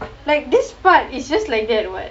like this part is just like that [what]